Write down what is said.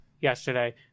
yesterday